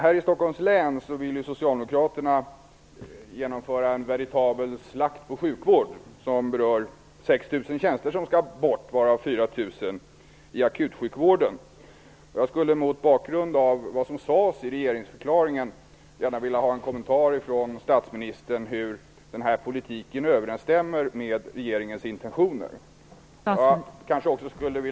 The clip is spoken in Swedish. Här i Stockholms län vill socialdemokraterna genomföra en veritabel slakt på sjukvård. Det är 6 000 Jag skulle mot bakgrund av vad som sades i regeringsförklaringen gärna vilja ha en kommentar från statsministern om hur den här politiken överensstämmer med regeringens intentioner.